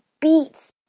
beats